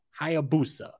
Hayabusa